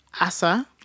Asa